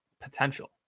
potential